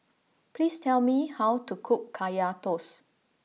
please tell me how to cook Kaya Toast